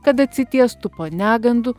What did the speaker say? kad atsitiestų po negandų